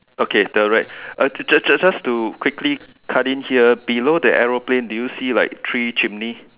okay the rat(uh) just just just to quickly cut in here below the aeroplane do you see like three chimney